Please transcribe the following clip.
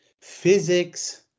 physics